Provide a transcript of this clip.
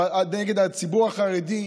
נגד הציבור החרדי,